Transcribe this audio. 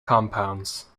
compounds